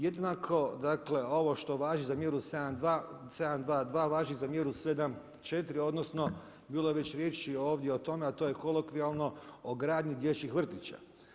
Jednako ovo što važi za mjeru 7.2.2. važi za mjeru 7.4. odnosno bilo je već riječi ovdje o tome, a to je kolokvijalno o gradnji dječjih vrtića.